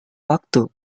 waktu